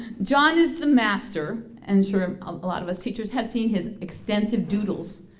john is the master and sure a lot of us teachers have seen his extensive doodles.